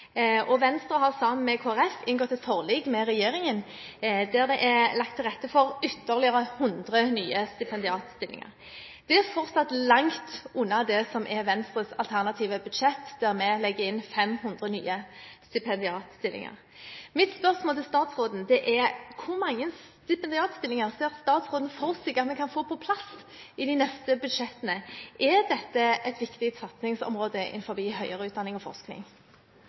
og Venstre har sammen med Kristelig Folkeparti inngått et forlik med regjeringen, der det er lagt til rette for ytterligere 100 nye stipendiatstillinger. Det er fortsatt langt unna det som er Venstres alternative budsjett, der vi legger inn 500 nye stipendiatstillinger. Mitt spørsmål til statsråden er: Hvor mange stipendiatstillinger ser statsråden for seg at vi kan få på plass i de neste budsjettene? Er dette et viktig satsingsområde innenfor høyere utdanning og forskning?